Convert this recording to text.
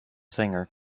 singer